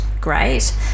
great